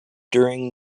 during